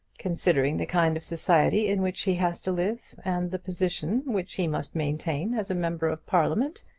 considering the kind of society in which he has to live, and the position which he must maintain as a member of parliament,